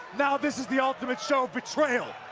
now, this is the ultimate show of betrayal.